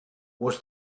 was